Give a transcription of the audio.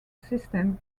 system